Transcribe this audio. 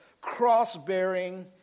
cross-bearing